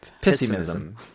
Pessimism